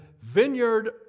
vineyard